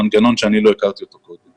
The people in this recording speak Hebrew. זה מנגנון שאני לא הכרתי אותו קודם.